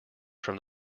from